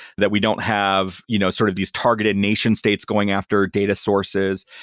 that we don't have you know sort of these targeted nation states going after data sources.